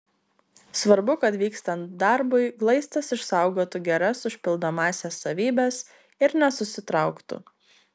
svarbu kad vykstant darbui glaistas išsaugotų geras užpildomąsias savybes ir nesusitrauktų